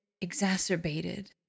exacerbated